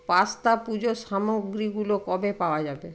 pasta পুজোর সামগ্রীগুলো কবে পাওয়া যাবে